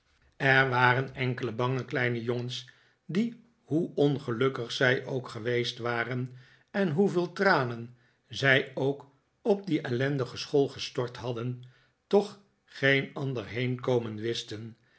er waren enkele bange kleine jongens die hoe ongelukkig zij ook geweest waren en hoeveel tranen zij ook op die ellendige school gestort hadden toch geen ander heenkomen wisten